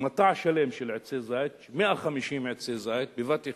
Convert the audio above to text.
מטע שלם של עצי זית, 150 עצי זית בבת אחת,